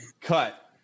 cut